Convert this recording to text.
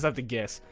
have to guess.